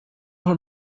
her